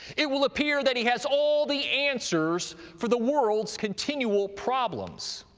it will appear that he has all the answers for the world's continual problems,